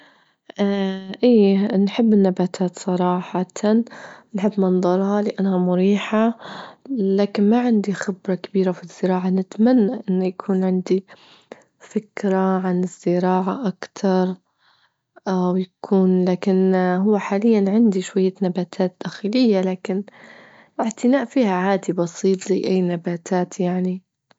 إيه نحب النباتات صراحة، نحب منظرها لأنها مريحة، لكن ما عندي خبرة كبيرة في الزراعة، نتمنى إنه يكون عندي فكرة عن الزراعة أكتر ويكون لكن هو حاليا عندي شوية نباتات داخلية، لكن الإعتناء فيها عادي بسيط زي أي نباتات يعني.